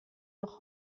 noch